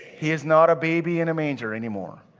he is not a baby in a manger anymore.